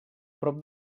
prop